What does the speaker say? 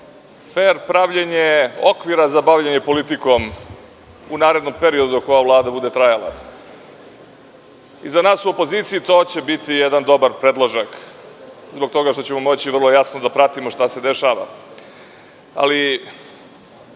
fer pravljenje okvira za bavljenje politikom u narednom periodu, ako ova Vlada bude trajala. Za nas u opoziciji to će biti jedan dobar predložak zbog toga što ćemo moći vrlo jasno da pratimo šta se dešava, ali